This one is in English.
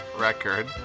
record